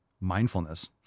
mindfulness